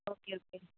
okay okay